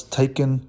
taken